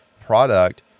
product